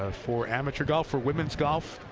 ah for amateur golf or women's golf,